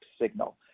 signal